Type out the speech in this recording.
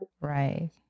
Right